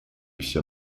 все